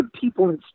people